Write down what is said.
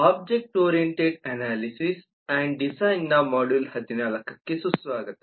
object oriented analysis and ಡಿಸೈನ್ನ module 14ಗೆ ಸುಸ್ವಾಗತ